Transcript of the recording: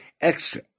extra